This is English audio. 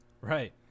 Right